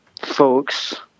folks